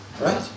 Right